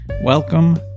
Welcome